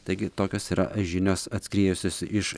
taigi tokios yra žinios atskriejusios iš